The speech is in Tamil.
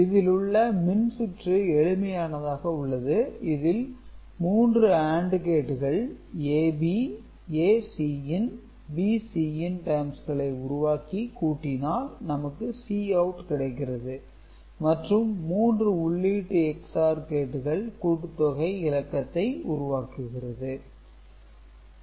இதிலுள்ள மின்சுற்று எளிமையானதாக உள்ளது இதில் 3 AND கேட்டுகள் AB ACin BCin டெர்ம்ஸ் களை உருவாக்கி கூட்டினால் நமக்கு Cout கிடைக்கிறது மற்றும் 3 உள்ளீட்டு XOR கேட்டுகள் கூட்டுத்தொகை இலக்கத்தை உருவாக்குகிறது Cout A